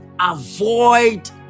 Avoid